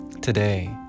Today